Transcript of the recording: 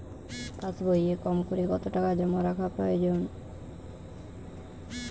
পাশবইয়ে কমকরে কত টাকা জমা রাখা প্রয়োজন?